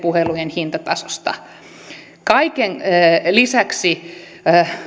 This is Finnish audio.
puhelujen hintatasosta kaiken lisäksi